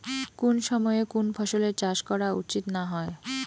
কুন সময়ে কুন ফসলের চাষ করা উচিৎ না হয়?